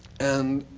and